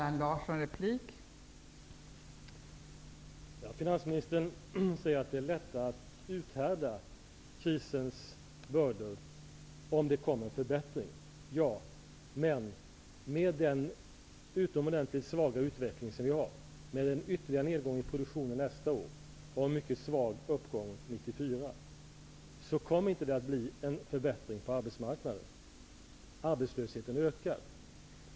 Fru talman! Finansministern säger att det är lättare att uthärda krisens bördor, om man kan se att det kommer en förbättring. Ja, men med den utomordentligt svaga utveckling som vi har, med en ytterligare nedgång i produktionen nästa år och en mycket svag uppgång 1994 kommer det inte att bli en förbättring på arbetsmarknaden. Arbetslösheten kommer att öka.